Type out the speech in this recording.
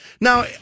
Now